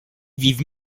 vivent